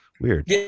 Weird